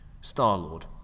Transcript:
Star-Lord